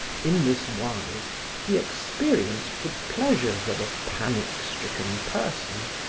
in this wise he experienced the pleasures of a panic-stricken person.